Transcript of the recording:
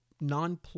non